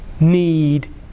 need